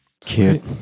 Cute